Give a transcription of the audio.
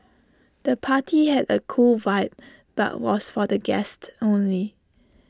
the party had A cool vibe but was for the guests only